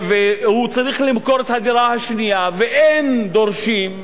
והוא צריך למכור את הדירה השנייה ואין דורשים,